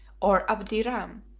or abderame,